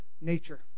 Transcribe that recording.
nature